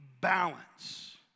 balance